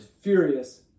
Furious